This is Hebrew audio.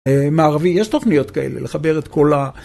מערבי, יש תוכניות כאלה לחבר את כל ה...